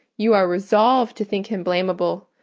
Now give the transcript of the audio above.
you are resolved to think him blameable,